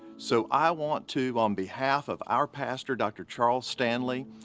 so i want to, on behalf of our pastor, dr. charles stanley,